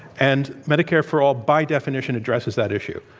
and medicare for all, by definition, addresses that issue.